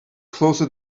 closer